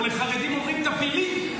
או לחרדים אומרים "טפילים",